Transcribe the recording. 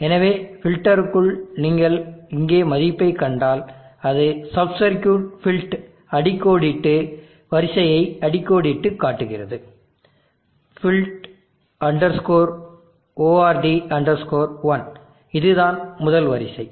எனவே ஃபில்டருக்குள் நீங்கள் இங்கே மதிப்பைக் கண்டால் அது சப் சர்க்யூட் ஃபில்ட் அடிக்கோடிட்டு வரிசையை அடிக்கோடிட்டுக் காட்டுகிறது Filt ord 1 இதுதான் முதல் வரிசை